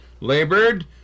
labored